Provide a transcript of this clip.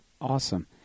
Awesome